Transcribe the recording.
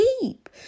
deep